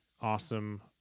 awesome